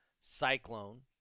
cyclone